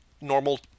normal